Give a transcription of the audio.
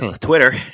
Twitter